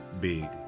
big